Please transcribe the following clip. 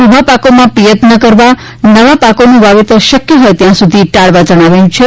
ઉભા પાકોમાં પિયત ન કરવા નવા પાકોનું વાવેતર શકય હોય ત્યાં સુધી ટાળવા જણાવાયું છે